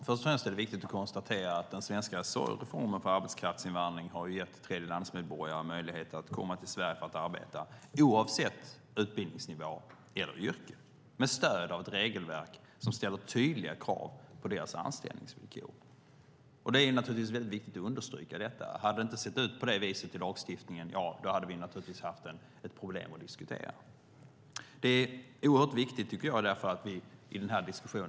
Fru talman! Den svenska reformen för arbetskraftsinvandring har gett tredjelandsmedborgare oavsett utbildningsnivå och yrke möjlighet att komma till Sverige för att arbeta med stöd av ett regelverk som ställer tydliga krav på deras anställningsvillkor. Det är viktigt att understryka. Hade det inte sett ut på det viset i lagstiftningen hade vi naturligtvis haft ett problem att diskutera.